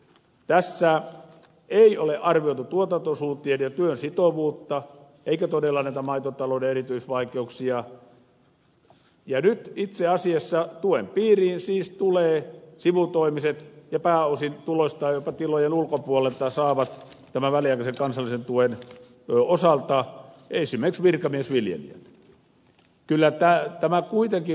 nyt tässä ei ole arvioitu tuotantosuuntien ja työn sitovuutta eikä todella näitä maitotalouden erityisvaikeuksia ja nyt itse asiassa tuen piiriin siis tulevat sivutoimiset ja tämän väliaikaisen kansallisen tuen osalta pääosan tuloistaan jopa tilojen ulkopuolelta saavat esimerkiksi virkamiesviljelijät